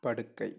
படுக்கை